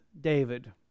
David